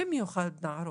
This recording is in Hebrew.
במיוחד נערות,